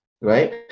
right